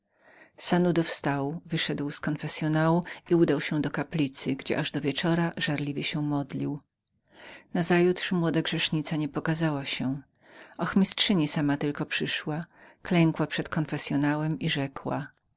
sanudo wstał wyszedł z konfessyonału i udał się do kaplicy gdzie aż do wieczora żarliwie się modlił nazajutrz młoda grzesznica nie pokazała się ochmistrzyni sama tylko przyszła klękła przed konfessyonałem i rzekła